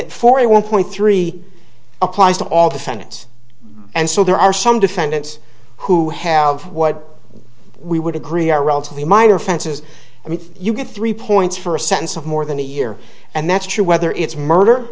that for a one point three applies to all defendants and so there are some defendants who have what we would agree are relatively minor offenses i mean you get three points for a sense of more than a year and that's true whether it's murder